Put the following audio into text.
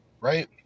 right